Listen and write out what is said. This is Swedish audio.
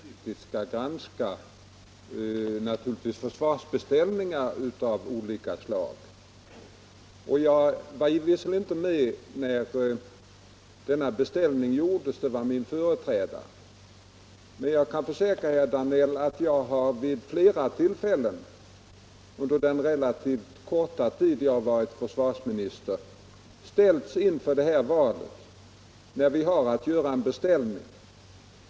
Herr talman! Jag vill gärna säga att det är riktigt att man kritiskt skall granska försvarsbeställningar av olika slag. Jag var visserligen inte med när denna beställning gjordes, det var min företrädare som gjorde den. Men jag kan försäkra herr Danell att jag vid flera tillfällen under den relativt korta tid jag har varit försvarsminister har ställts inför ett val när vi haft att göra en beställning.